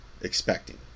expecting